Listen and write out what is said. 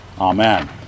Amen